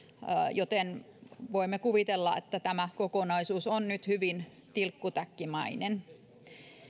joten voimme kuvitella että tämä kokonaisuus on nyt hyvin tilkkutäkkimäinen